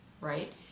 right